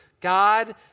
God